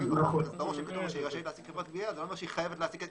זה לא אומר שהיא חייבת להעסיק את